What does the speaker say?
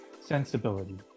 sensibility